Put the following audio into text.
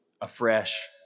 afresh